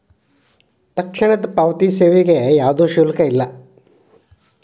ತಕ್ಷಣದ ಪಾವತಿ ಸೇವೆಗೆ ಯಾವ್ದು ಶುಲ್ಕ ಇಲ್ಲ